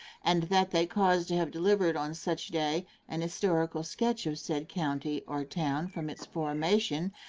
and that they cause to have delivered on such day an historical sketch of said county or town from its formation,